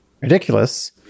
ridiculous